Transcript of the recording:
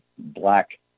black